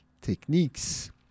techniques